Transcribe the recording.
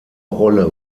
rolle